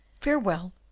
Farewell